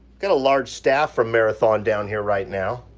got a large staff from marathon down here right now.